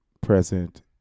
present